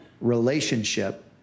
relationship